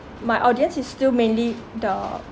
my audience is still mainly the